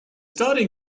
starting